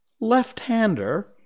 left-hander